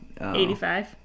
85